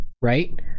right